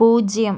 പൂജ്യം